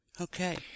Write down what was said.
okay